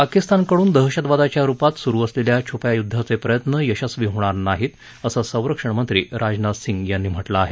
पाकिस्तानकडुन दहशतवादाच्या रूपात सुरु असलेल्या छ्प्या युद्धाचे प्रयत्न यशस्वी होणार नाहीत असं संरक्षण मंत्री राजनाथ सिंह यांनी म्हटलं आहे